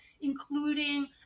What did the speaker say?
including